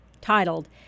titled